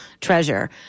treasure